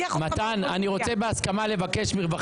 הצבעה בעד, 12 נגד אין נמנעים